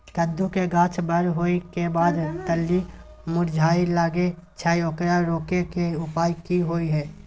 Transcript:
कद्दू के गाछ बर होय के बाद लत्ती मुरझाय लागे छै ओकरा रोके के उपाय कि होय है?